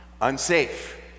unsafe